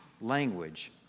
language